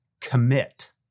commit